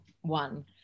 one